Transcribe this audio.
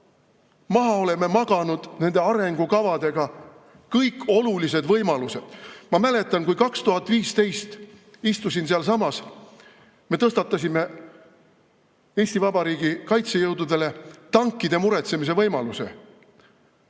Maha oleme maganud nende arengukavadega kõik olulised võimalused! Ma mäletan, kui ma 2015 istusin sealsamas. Me tõstatasime Eesti Vabariigi kaitsejõududele tankide muretsemise võimaluse.